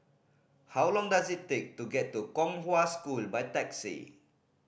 how long does it take to get to Kong Hwa School by taxi